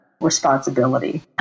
responsibility